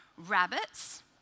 Rabbits